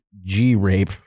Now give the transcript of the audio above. G-Rape